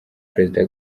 perezida